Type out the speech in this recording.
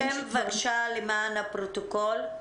השם בבקשה, למען הפרוטוקול.